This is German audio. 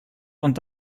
und